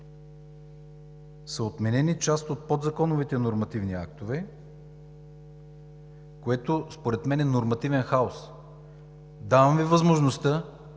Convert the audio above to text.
са отменени част от подзаконовите нормативни актове, което според мен е нормативен хаос. Давам Ви възможността